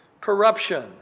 corruption